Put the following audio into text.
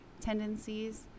tendencies